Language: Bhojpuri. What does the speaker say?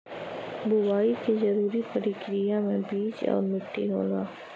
बुवाई के जरूरी परकिरिया में बीज आउर मट्टी होला